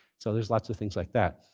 so there's lots of things like that.